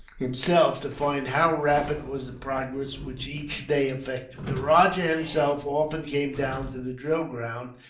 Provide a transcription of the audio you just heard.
himself, to find how rapid was the progress which each day effected. the rajah himself often came down to the drill ground,